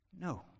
No